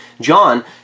John